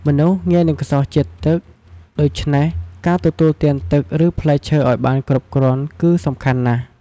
មនុស្សងាយនឹងខ្សោះជាតិទឹក ដូច្នេះការទទួលទានទឹក ឬផ្លែឈើឱ្យបានគ្រប់គ្រាន់គឺសំខាន់ណាស់។